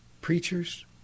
preachers